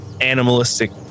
animalistic